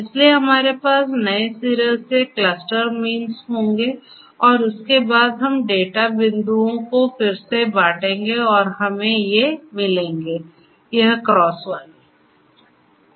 इसलिए हमारे पास नए सिरे से क्लस्टर मींस होंगे और उसके बाद हम डेटा बिंदुओं को फिर से बाटेंगे और हमें ये मिलेंगे यह क्रॉस वाले